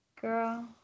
Girl